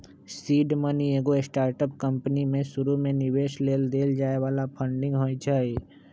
seed money एगो startup company में शुरुमे निवेश लेल देल जाय बला फंडिंग होइ छइ